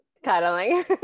Cuddling